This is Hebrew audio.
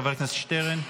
חבר הכנסת שטרן?